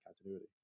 continuity